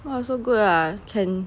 !wah! so good ah can